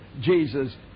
Jesus